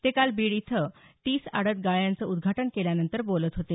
ते काल बीड इथं तीस आडत गाळ्यांचं उद्घाटन केल्यानंतर बोलत होते